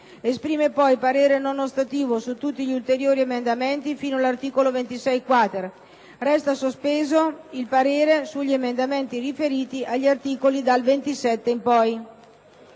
Esprime poi parere non ostativo si tutti gli ulteriori emendamenti fino all'articolo 26-*quater.* Resta sospeso il parere sugli emendamenti riferiti agli articoli da 27 in poi».